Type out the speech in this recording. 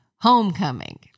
homecoming